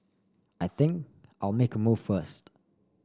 I think I'll make move first